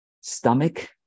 stomach